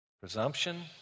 Presumption